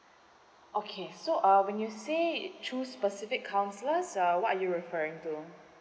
okay so uh when you say it choose specific counsellors uh what are you referring to